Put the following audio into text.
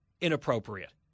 inappropriate